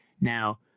Now